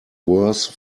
worse